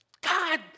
God